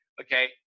okay